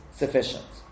sufficient